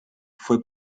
fue